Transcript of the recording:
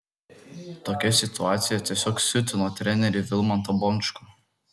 tokia situacija tiesiog siutino trenerį vilmantą bončkų